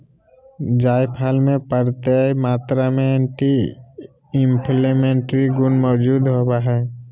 जायफल मे प्रयाप्त मात्रा में एंटी इंफ्लेमेट्री गुण मौजूद होवई हई